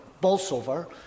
Bolsover